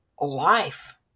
life